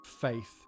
faith